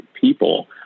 people